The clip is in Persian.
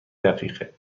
دقیقه